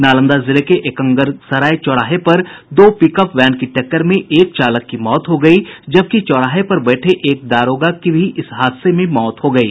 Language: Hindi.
नालंदा जिले के एकंगरसराय चौराहे पर दो पिकअप वैन की टक्कर में एक चालक की मौत हो गयी जबकि चौराहे पर बैठे एक दारोगा की भी इस हादसे में मौत हो गयी